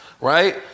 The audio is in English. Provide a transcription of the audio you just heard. right